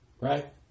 Right